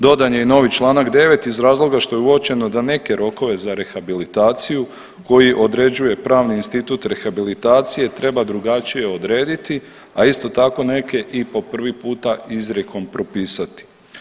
Dodan je i novi čl. 9. iz razloga što je uočeno da neke rokove za rehabilitaciju koji određuje pravni Institut rehabilitacije treba drugačije odrediti, a isto tako neke i po prvi puta izrijekom propisati.